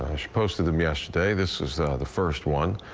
she posted them yesterday. this is ah the first one.